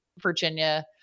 Virginia